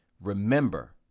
Remember